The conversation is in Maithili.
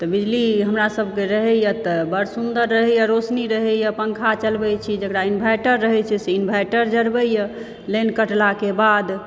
तऽ बिजली हमरा सबके रहैया तऽ बड़ सुन्दर रहैया रौशनी रहैया पंखा चलबै छी जेकरा इन्वर्टर रहै छै से इन्वेर्टर जरबै यऽ लाइन कटला के बाद